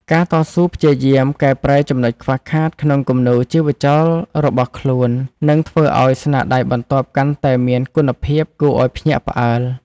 ការតស៊ូព្យាយាមកែប្រែចំណុចខ្វះខាតក្នុងគំនូរជីវចលរបស់ខ្លួននឹងធ្វើឱ្យស្នាដៃបន្ទាប់កាន់តែមានគុណភាពគួរឱ្យភ្ញាក់ផ្អើល។